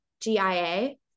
G-I-A